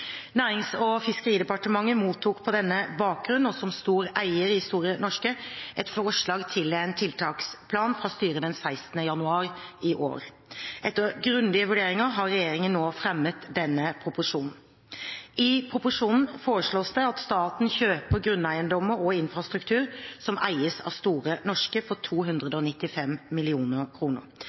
Nærings- og fiskeridepartementet mottok på denne bakgrunn, og som stor eier i Store Norske, et forslag til en tiltaksplan fra styret den 16. januar i år. Etter grundige vurderinger har regjeringen nå fremmet denne proposisjonen. I proposisjonen foreslås det at staten kjøper grunneiendommer og infrastruktur som eies av Store Norske, for